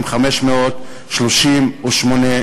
עם 538 תלונות.